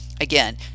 Again